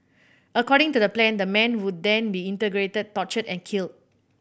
according to the plan the man would then be interrogated tortured and killed